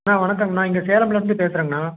அண்ணா வணக்கங்க அண்ணா இங்கே சேலம்ல இருந்து பேசுறங்க அண்ணா